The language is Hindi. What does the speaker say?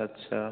अच्छा